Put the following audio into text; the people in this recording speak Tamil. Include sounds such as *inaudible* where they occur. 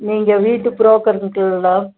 நீங்கள் வீட்டு புரோக்கர் *unintelligible*